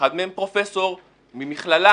אחד מהם פרופ' ממכללה,